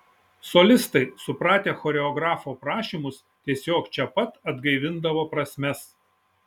solistai supratę choreografo prašymus tiesiog čia pat atgaivindavo prasmes